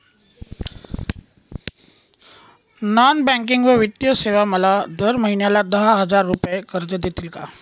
Non banking व वित्तीय सेवा मला दर महिन्याला दहा हजार रुपये कर्ज देतील का?